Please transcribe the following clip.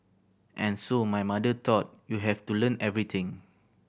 and so my mother thought you have to learn everything